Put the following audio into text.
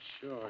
Sure